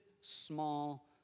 small